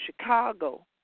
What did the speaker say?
Chicago